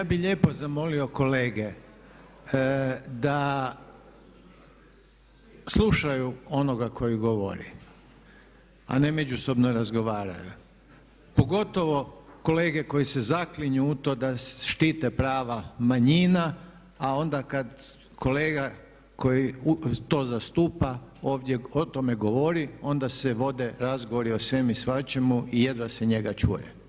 Ja bih lijepo zamolio kolege da slušaju onoga koji govori, a ne međusobno razgovaraju pogotovo kolege koji se zaklinju u to da štite prava manjina a onda kad kolega koji to zastupa ovdje o tome govori onda se vode razgovori o svemu i svačemu i jedva se njega čuje.